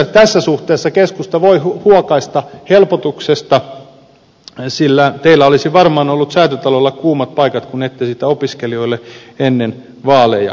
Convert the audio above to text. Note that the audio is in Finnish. tässä suhteessa keskusta voi huokaista helpotuksesta sillä teillä olisi varmaan ollut säätytalolla kuumat paikat kun ette sitä opiskelijoille ennen vaaleja luvanneet